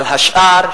אבל השאר,